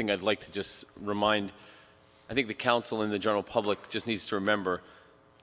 thing i'd like to just remind i think the council and the general public just needs to remember